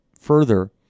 further